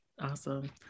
awesome